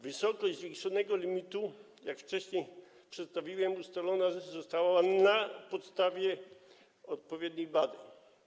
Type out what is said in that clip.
Wysokość zwiększonego limitu, jak wcześniej przedstawiłem, ustalona została na podstawie odpowiednich badań.